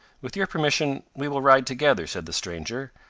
with your permission we will ride together, said the stranger.